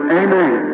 amen